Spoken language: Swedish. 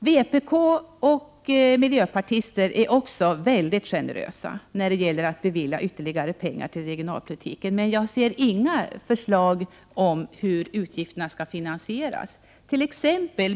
Vpk och miljöpartister är också mycket generösa när det gäller att bevilja ytterligare pengar till regionalpolitiken. Men jag ser inga förslag om hur utgifterna skall finansieras.